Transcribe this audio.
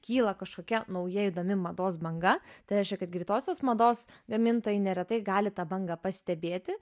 kyla kažkokia nauja įdomi mados banga tai reiškia kad greitosios mados gamintojai neretai gali tą bangą pastebėti